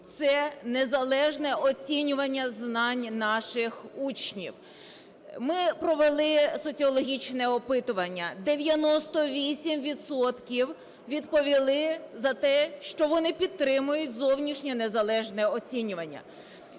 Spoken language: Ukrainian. Це незалежне оцінювання знань наших учнів. Ми провели соціологічне опитування. 98 відсотків відповіли за те, що вони підтримують зовнішнє незалежне оцінювання.